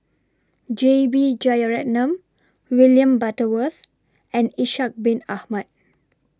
J B Jeyaretnam William Butterworth and Ishak Bin Ahmad